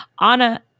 Anna